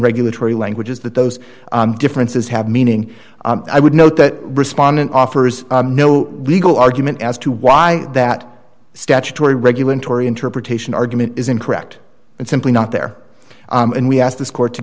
regulatory languages that those differences have meaning i would note that respondent offers no legal argument as to why that statutory regulatory interpretation argument is incorrect and simply not there and we asked this court to